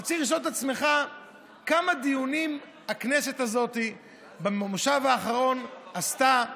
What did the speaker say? אתה צריך לשאול את עצמך כמה דיונים הכנסת הזאת במושב האחרון עשתה,